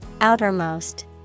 Outermost